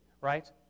right